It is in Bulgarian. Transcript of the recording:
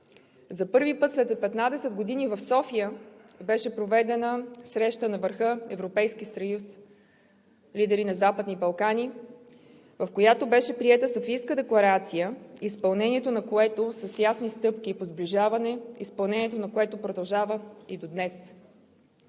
За първи път след 15 години в София беше проведена среща на върха – Европейски съюз, лидери на Западни Балкани, в която беше приета Софийска декларация, изпълнението на която са ясни стъпки за сближаване, изпълнението на които продължават и до днес.